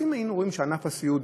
אז אם היינו רואים שענף הסיעוד,